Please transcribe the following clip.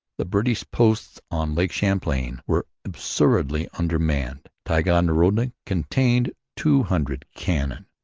the british posts on lake champlain were absurdly undermanned. ticonderoga contained two hundred cannon,